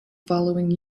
following